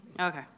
Okay